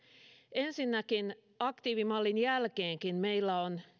ensinnäkin aktiivimallin jälkeenkin meillä on